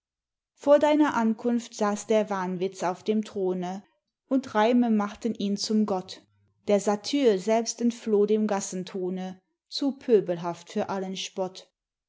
vor deiner ankunft saß der wahnwitz auf dem throne und reime machten ihn zum gott der satyr selbst entfloh dem gassentone zu pöbelhaft für allen spott